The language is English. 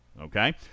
Okay